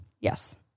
Yes